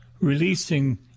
releasing